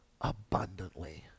abundantly